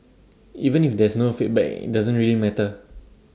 even if there's no feedback IT doesn't really matter